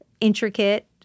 intricate